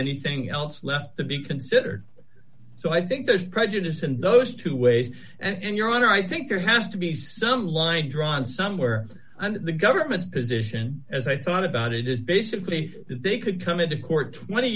anything else left to be considered so i think there's prejudice in those two ways and your honor i think there has to be some line drawn somewhere and the government's position as i thought about it is basically that they could come into court twenty